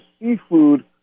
seafood